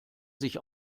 sich